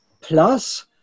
plus